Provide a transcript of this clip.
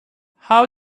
how